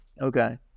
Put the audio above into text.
Okay